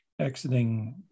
exiting